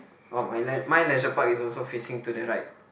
oh my lei~ my leisure park is also facing to the right